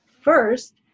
First